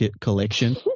collection